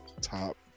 top